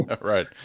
Right